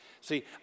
see